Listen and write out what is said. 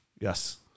Yes